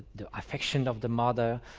the affection of the mother,